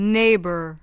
neighbor